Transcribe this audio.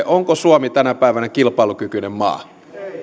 onko suomi tänä päivänä kilpailukykyinen maa